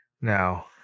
now